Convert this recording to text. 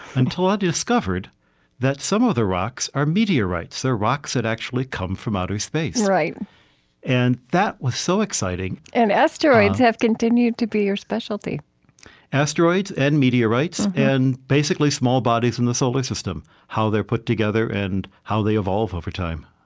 until i discovered that some of the rocks are meteorites. they're rocks that actually come from outer space. and that was so exciting and asteroids have continued to be your specialty asteroids and meteorites and basically small bodies in the solar system how they're put together and how they evolve over time